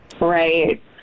Right